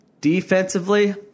Defensively